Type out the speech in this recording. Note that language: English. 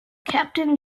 captain